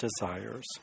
desires